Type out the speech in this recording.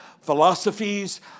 philosophies